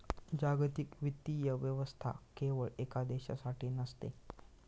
जागतिक वित्तीय व्यवस्था केवळ एका देशासाठी नसते